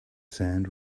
sand